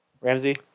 Ramsey